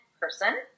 person